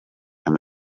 and